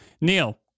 Neil